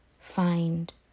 find